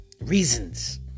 Reasons